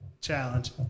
challenge